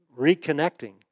reconnecting